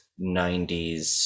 90s